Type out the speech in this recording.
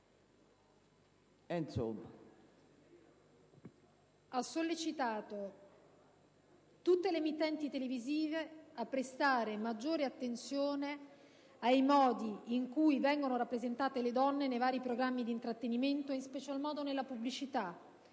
ha sollecitato tutte le emittenti televisive a prestare maggiore attenzione ai modi in cui vengono rappresentante le donne nei vari programmi di intrattenimento e in special modo nella pubblicità,